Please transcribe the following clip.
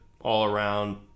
all-around